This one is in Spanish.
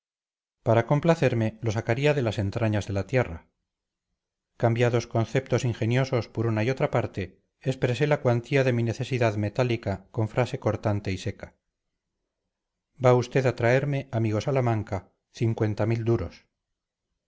para complacerme lo sacaría de las entrañas de la tierra cambiados conceptos ingeniosos por una y otra parte expresé la cuantía de mi necesidad metálica con frase cortante y seca va usted a traerme amigo salamanca cincuenta mil duros